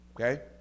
Okay